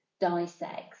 dissects